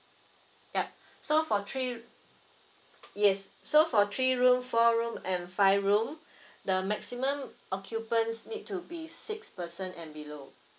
yup so for three yes so for three room four room and five room the maximum occupants need to be six person and below